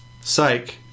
Psych